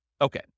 Okay